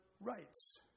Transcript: rights